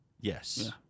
Yes